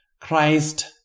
Christ